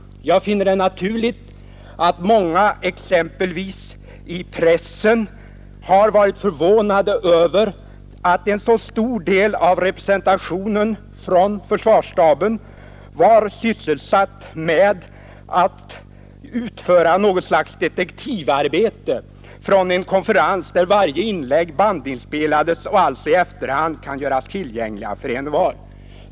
Jag finner det naturligt att många, exempelvis i pressen, har varit förvånade över att en så stor del av representationen för försvarsstaben var sysselsatt med något slags detektivarbete på en konferens, där varje inlägg bandinspelades och alltså i efterhand kan göras tillgängligt för envar.